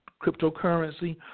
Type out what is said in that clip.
cryptocurrency